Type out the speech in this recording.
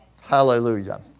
Hallelujah